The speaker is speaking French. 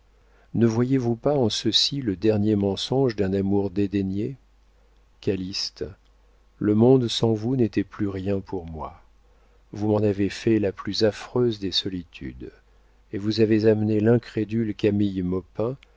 ne voyez-vous pas en ceci le dernier mensonge d'un amour dédaigné calyste le monde sans vous n'était plus rien pour moi vous m'en avez fait la plus affreuse des solitudes et vous avez amené l'incrédule camille